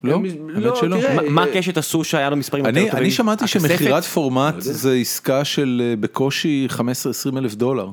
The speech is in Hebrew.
מה קשת עשו שהיה לו מספרים יותר טובים? אני שמעתי שמכירת פורמט זה עסקה של בקושי 15 20 אלף דולר.